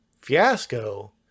fiasco